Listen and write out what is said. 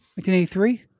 1983